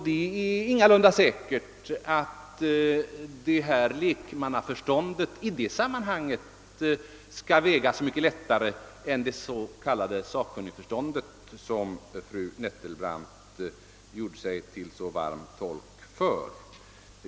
Det är ingalunda säkert att lekmannaförståndet i ett sådant sammanhang skall behöva väga så mycket lättare än sakkunnigförståndet, som fru Nettelbrandt varmt talade för.